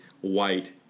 white